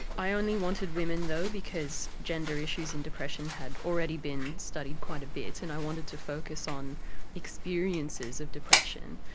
i only wanted women though because gender issues in depression had already been studied quite a bit and i wanted to focus on experiences of depression,